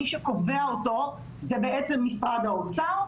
מי שקובע אותו זה בעצם משרד האוצר,